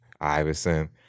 Iverson